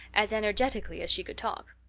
as energetically as she could talk.